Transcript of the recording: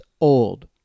old